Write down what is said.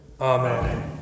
Amen